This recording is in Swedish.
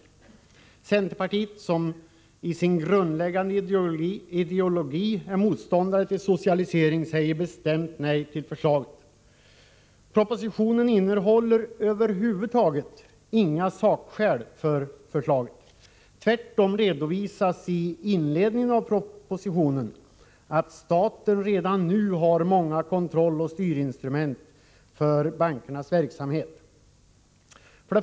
Centerpartiet, som enligt sin 147 grundläggande ideologi är motståndare till socialisering, säger bestämt nej till förslaget. Propositionen innehåller över huvud taget inga sakskäl för förslaget. Tvärtom framhålls i propositionens inledning att staten redan nu har många kontrolloch styrinstrument när det gäller bankernas verksamhet.